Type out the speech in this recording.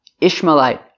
Ishmaelite